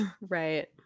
right